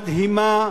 מדהימה,